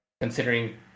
considering